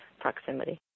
proximity